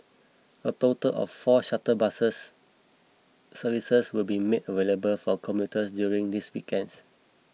a total of four shuttle bus services will be made available for commuters during these weekends